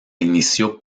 inició